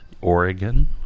Oregon